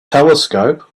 telescope